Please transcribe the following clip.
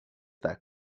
that